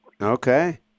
Okay